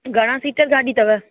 घणा सीटर गाॾी अथव